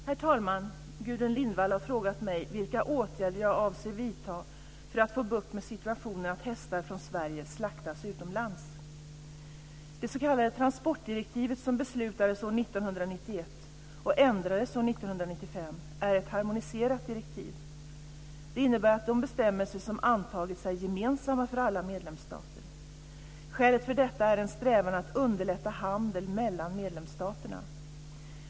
Herr talman! Gudrun Lindvall har frågat mig vilka åtgärder jag avser vidta för att få bukt med situationen att hästar från Sverige slaktas utomlands. 1991 och ändrades år 1995 är ett harmoniserat direktiv. Det innebär att de bestämmelser som antagits är gemensamma för alla medlemsstater. Skälet för detta är en strävan att underlätta handel mellan medlemsstaterna.